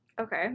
okay